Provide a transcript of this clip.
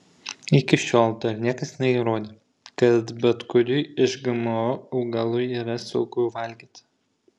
iki šiol dar niekas neįrodė kad bet kurį iš gmo augalų yra saugu valgyti